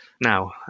Now